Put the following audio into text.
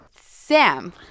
Sam